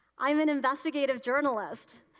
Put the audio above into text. i am an investigative journalist,